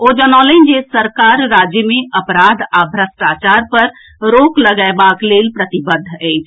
ओ जनौलनि जे सरकार राज्य मे अपराध आ भ्रष्टाचार पर रोक लगएबाक लेल प्रतिबद्ध अछि